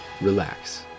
relax